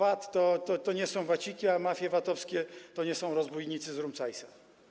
VAT to nie są waciki, a mafie VAT-owskie to nie są rozbójnicy z „Rumcajsa”